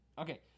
Okay